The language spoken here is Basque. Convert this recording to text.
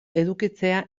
edukitzea